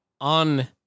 on